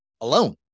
alone